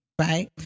Right